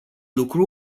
lucru